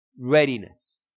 readiness